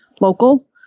local